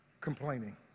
Complaining